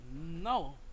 No